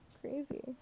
Crazy